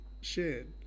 shared